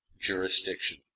Jurisdiction